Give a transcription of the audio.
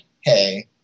hey